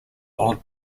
old